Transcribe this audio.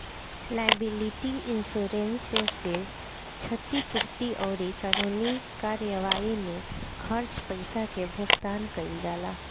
liability insurance से क्षतिपूर्ति अउरी कानूनी कार्यवाई में खर्च पईसा के भुगतान कईल जाला